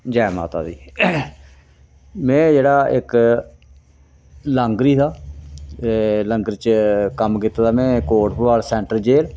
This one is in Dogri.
जै माता दी में जेह्ड़ा इक लांगरी हा लंगर च कम्म कीते दा में कोट भडवाल सैंट्रल जे'ल